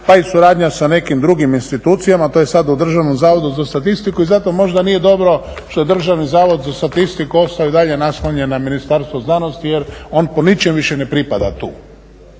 pa i suradnja sa nekim drugim institucijama, to je sad u Državnom zavodu za statistiku i zato možda nije dobro što je Državni zavod za statistiku ostao i dalje naslonjen na Ministarstvo znanosti jer on po ničem više ne pripada tu,